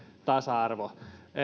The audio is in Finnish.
tasa arvo